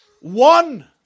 one